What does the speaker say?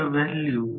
हे दोन जोडा आय 1 20